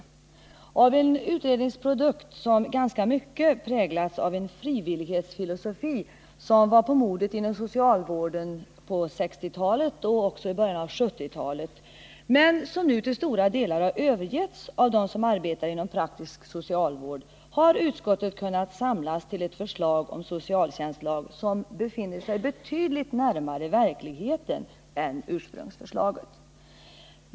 Med utgångspunkt i en utredningsprodukt som ganska mycket präglas av en frivillighetsfilosofi, som var på modet inom socialvården under 1960-talet och också i början av 1970-talet men som nu till stora delar har övergetts av dem som arbetar inom praktisk socialvård, har utskottet kunnat samlas till ett förslag om en socialtjänstlag som befinner sig betydligt närmare verkligheten än ursprungsförslaget.